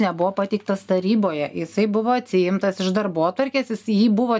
ne buvo pateiktas taryboje jisai buvo atsiimtas iš darbotvarkės jis jį buvo